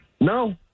No